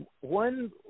one